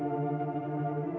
the